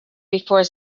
before